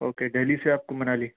okay Delhi سے آپ کو منالی